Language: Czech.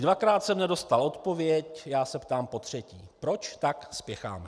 Dvakrát jsem nedostal odpověď, ptám se potřetí: Proč tak spěcháme?